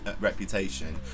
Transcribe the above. reputation